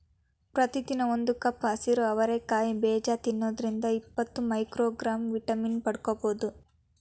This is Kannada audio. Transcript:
ಪ್ರತಿದಿನ ಒಂದು ಕಪ್ ಹಸಿರು ಅವರಿ ಕಾಯಿ ಬೇಜ ತಿನ್ನೋದ್ರಿಂದ ಇಪ್ಪತ್ತು ಮೈಕ್ರೋಗ್ರಾಂ ವಿಟಮಿನ್ ಪಡ್ಕೋಬೋದು